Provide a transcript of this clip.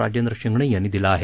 राजेंद्र शिंगणे यांनी दिला आहे